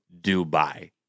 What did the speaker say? dubai